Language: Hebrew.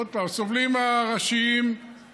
עוד פעם, הסובלים הראשיים זה